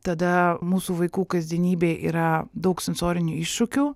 tada mūsų vaikų kasdienybė yra daug sensorinių iššūkių